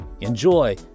Enjoy